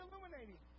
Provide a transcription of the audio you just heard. illuminating